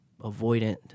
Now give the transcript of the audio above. avoidant